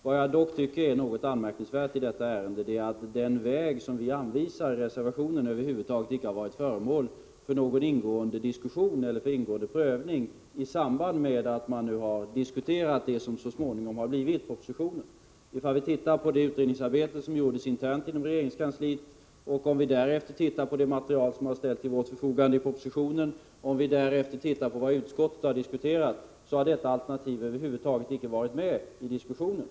Vad jag dock tycker är något anmärkningsvärt i detta ärende är att den väg som vi anvisar i reservationen över huvud taget inte har varit föremål för någon ingående diskussion eller någon ingående prövning i samband med att man nu har diskuterat det som så småningom har blivit propositionen. Om vi ser på det utredningsarbete som gjorts internt inom regeringskansliet, om vi därefter ser på det material som har ställts till vårt förfogande i propositionen, och om vi därefter ser på vad utskottet har diskuterat, har detta alternativ över huvud taget inte varit med i diskussionen.